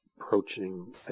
approaching